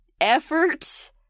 effort